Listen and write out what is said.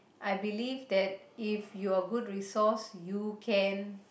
I believe that if you are good resource you can